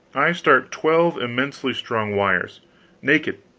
i start twelve immensely strong wires naked,